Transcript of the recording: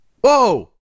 Whoa